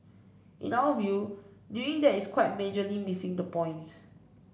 in our view doing that is quite majorly missing the point